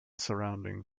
surrounding